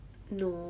no